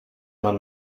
man